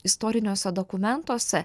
istoriniuose dokumentuose